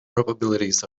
probabilities